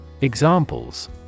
Examples